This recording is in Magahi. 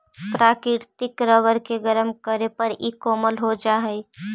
प्राकृतिक रबर के गरम करे पर इ कोमल हो जा हई